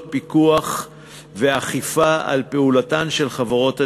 פיקוח ואכיפה על פעולתן של חברות הדירוג,